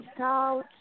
out